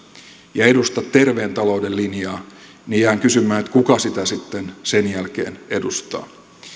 ja edusta terveen talouden linjaa niin jään kysymään kuka sitä sitten sen jälkeen edustaa